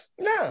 No